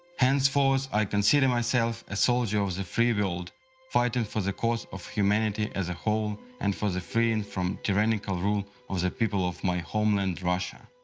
henceforth i consider myself a soldier of the free world fighting for the cause of humanity as a whole and for the freedom and from tyrannical rule of the people of my homeland russia.